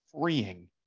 freeing